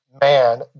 man